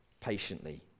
patiently